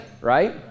right